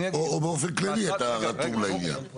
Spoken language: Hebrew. או באופן כללי אתה רתום לעניין?